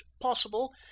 possible